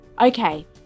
Okay